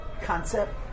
concept